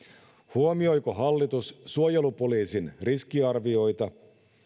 huomioiko hallitus suojelupoliisin riskiarvioita